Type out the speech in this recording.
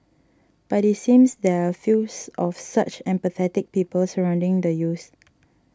but it seems there are fews of such empathetic people surrounding the youths